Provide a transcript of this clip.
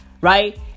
right